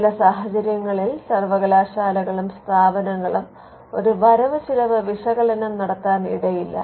ചില സാഹചര്യങ്ങളിൽ സർവ്വകലാശാലകളും സ്ഥാപനങ്ങളും ഒരു വരവ് ചിലവ് വിശകലനം നടത്താൻ ഇടയില്ല